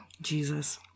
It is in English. Jesus